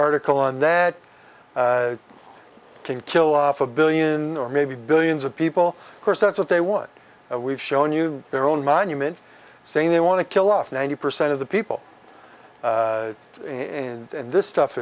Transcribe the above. article on that to kill off a billion or maybe billions of people course that's what they want we've shown you their own monument saying they want to kill off ninety percent of the people in this stuff